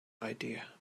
idea